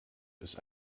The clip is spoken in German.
ist